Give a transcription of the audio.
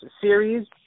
Series